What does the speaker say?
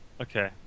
Okay